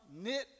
knit